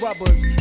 rubbers